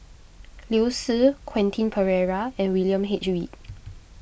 Liu Si Quentin Pereira and William H Read